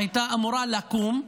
שהייתה אמורה לקום,